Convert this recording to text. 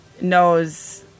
knows